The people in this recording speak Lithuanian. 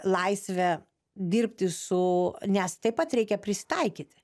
laisvę dirbti su nes taip pat reikia prisitaikyti